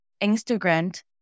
Instagram